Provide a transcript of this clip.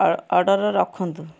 ଅ ଅର୍ଡ଼ର୍ ରଖନ୍ତୁ